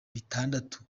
bitandatu